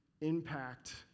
impact